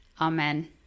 Amen